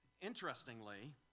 Interestingly